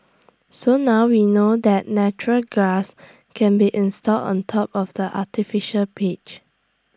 so now we know that natural grass can be installed on top of the artificial pitch